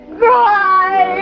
cry